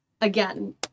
again